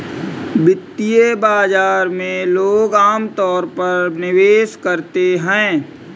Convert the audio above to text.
वित्तीय बाजार में लोग अमतौर पर निवेश करते हैं